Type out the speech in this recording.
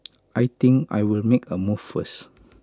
I think I will make A move first